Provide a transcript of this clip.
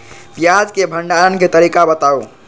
प्याज के भंडारण के तरीका बताऊ?